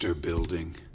Building